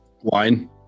Wine